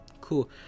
Cool